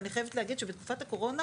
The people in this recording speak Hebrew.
ואני חייבת להגיד שבתקופת הקורונה